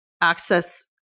access